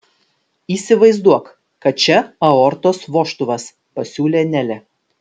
įsivaizduok kad čia aortos vožtuvas pasiūlė nelė